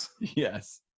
yes